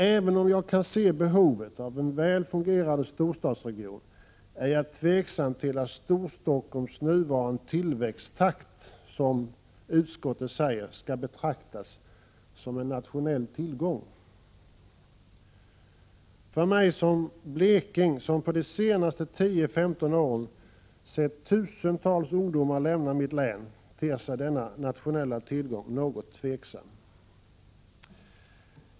Även om jag kan se behovet av en väl fungerande storstadsregion är jag tveksam till att Storstockholms nuvarande tillväxttakt skall betraktas som en nationell tillgång, som utskottet säger. För mig som bleking, som under de senaste 10-15 åren sett tusentals ungdomar lämna mitt län, ter sig denna nationella tillgång något tveksam.